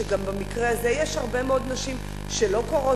שגם במקרה הזה יש הרבה מאוד נשים שלא קוראות,